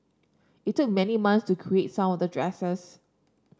it took many months to create some of the dresses